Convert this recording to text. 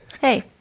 Hey